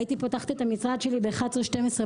הייתי פותחת את המשרד שלי ב-23:00-24:00